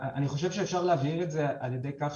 אני חושב שאפשר להבהיר את זה על ידי כך